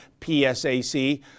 psac